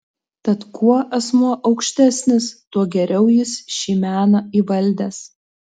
tad kuo asmuo aukštesnis tuo geriau jis šį meną įvaldęs